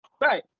Right